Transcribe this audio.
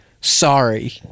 Sorry